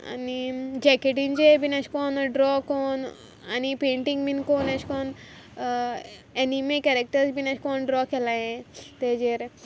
आनी जॅकेटींचे बी एशें कोन्न ड्रॉ कोन्न आनी पेंटींग बी कोन्न एशें कोन्न एनिमे कॅरॅक्टर बी एशें कोन्न ड्रॉ केल्याय तेजेर